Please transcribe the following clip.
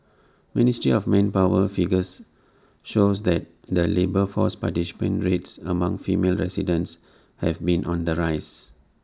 ministry of manpower figures shows that the labour force participation rates among female residents have been on the rise